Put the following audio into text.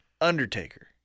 Undertaker